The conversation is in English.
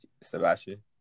Sebastian